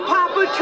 Papa